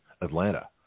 Atlanta